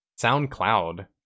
SoundCloud